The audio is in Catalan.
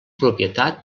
propietat